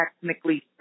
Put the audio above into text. technically